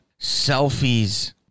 selfies